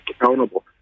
accountable